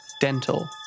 Dental